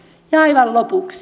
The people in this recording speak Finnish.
aivan lopuksi